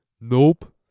Nope